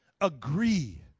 Agree